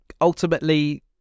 ultimately